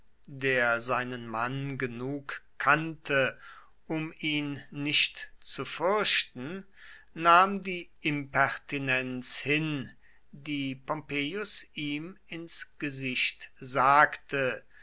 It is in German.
der seinen mann genug kannte um ihn nicht zu fürchten nahm die impertinenz hin die pompeius ihm ins gesicht sagte